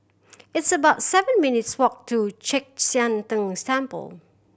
it's about seven minutes walk to Chek Sian Tng's Temple